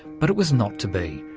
but it was not to be.